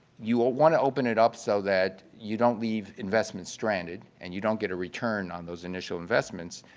you will want to open it up so that you don't leave investments stranded and you don't get a return on those initial investments,